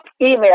email